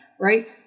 Right